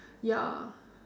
ya